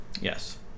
Yes